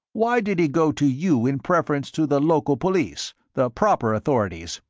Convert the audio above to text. why did he go to you in preference to the local police, the proper authorities?